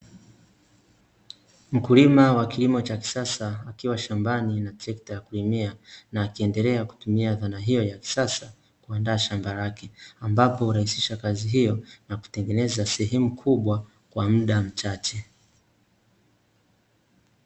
Mkulima wa kilimo cha kisasa akiwa shambani na trekta ya kulimia, na akiendelea kutumia dhana hiyo ya kisasa, kuandaa shamba lake ambapo hurahisisha kazi hiyo na kutengeneza sehemu kubwa kwa muda mchache.